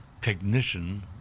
technician